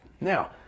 now